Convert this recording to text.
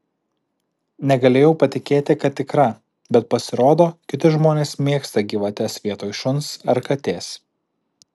negalėjau patikėti kad tikra bet pasirodo kiti žmonės mėgsta gyvates vietoj šuns ar katės